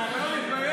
על מה אתה מדבר?